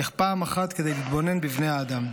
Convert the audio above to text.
לך פעם אחת כדי להתבונן בבני האדם,